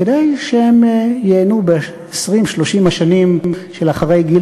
כדי שהם ייהנו ב-20 30 השנים שלאחר גיל